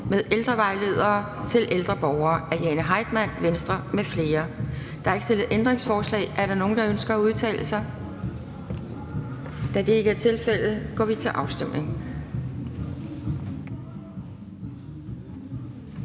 Forhandling Anden næstformand (Pia Kjærsgaard): Der er ikke stillet ændringsforslag. Er der nogen, der ønsker at udtale sig? Da det ikke er tilfældet, går vi til afstemning.